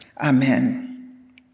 Amen